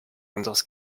unseres